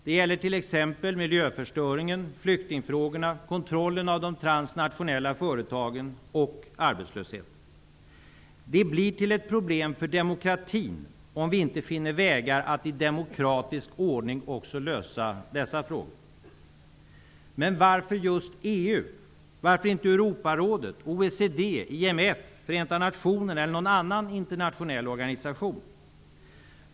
Det gäller t.ex. miljöförstöringen, flyktingfrågorna, kontrollen av de transnationella företagen och arbetslösheten. Det blir till ett problem för demokratin om vi inte finner vägar att i demokratisk ordning också lösa dessa frågor. Men varför just EU? Varför inte Europarådet, OECD, IMF, Förenta nationerna eller någon annan internationell organisation?